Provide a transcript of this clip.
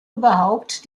überhaupt